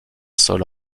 sol